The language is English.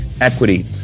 equity